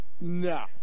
No